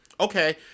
Okay